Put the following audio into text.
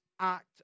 act